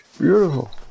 beautiful